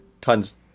tons